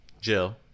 Jill